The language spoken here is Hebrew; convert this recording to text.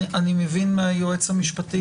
אני מבין מהיועץ המשפטי,